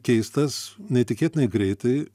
keistas neįtikėtinai greitai